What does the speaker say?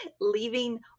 leaving